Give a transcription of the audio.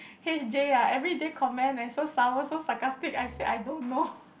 H_J ah everyday comment eh so sour so sarcastic I said I don't know